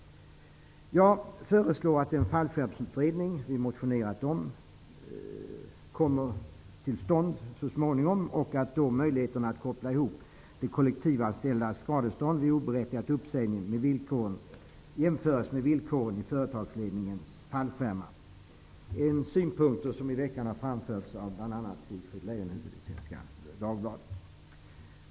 Jag föreslår att den fallskärmsutredning som vi motionerat om så småningom skall tillsättas och att den får möjligheter att koppla ihop de kollektivanställdas skadestånd vid oberättigad uppsägning med villkoren för företagsledningens fallskärmsavtal. Det är synpunkter som i veckan framförts av bl.a.